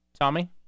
tommy